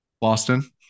Boston